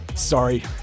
sorry